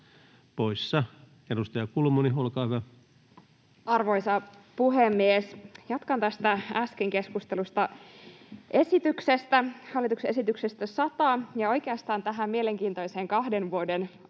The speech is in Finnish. poissa. — Edustaja Kulmuni, olkaa hyvä. Arvoisa puhemies! Jatkan tästä äsken keskustellusta esityksestä hallituksen esitykseen 100 ja oikeastaan tähän mielenkiintoiseen kahden vuoden aikaikkunaan,